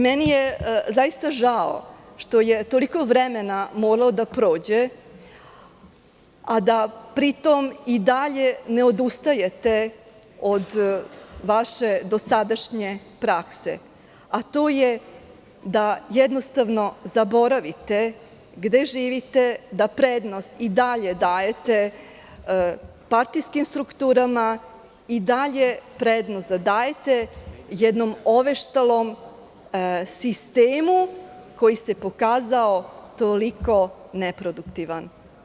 Meni je zaista žao što je toliko vremena moralo da prođe a da pri tom i dalje ne odustajete od vaše dosadašnje prakse, a to je da zaboravite gde živite, da prednost i dalje dajete partijskim strukturama, i dalje prednost da dajete jednom oveštalom sistemu, sistemu koji se pokazao toliko neproduktivan.